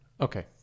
Okay